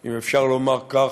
אם אפשר לומר כך,